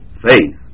faith